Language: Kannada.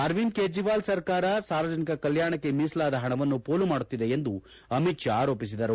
ಅರವಿಂದ್ ಕೇಜ್ರೀವಾಲ್ ಸರ್ಕಾರ ಸಾರ್ವಜನಿಕ ಕಲ್ಲಾಣಕ್ಕೆ ಮೀಸಲಾದ ಪಣವನ್ನು ಪೋಲು ಮಾಡುತ್ತಿದೆ ಎಂದು ಅಮಿತ್ ಶಾ ಆರೋಪಿಸಿದರು